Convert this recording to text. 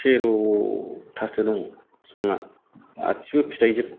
तेर'थासो दं बिफांआ गासिबो फिथायजोब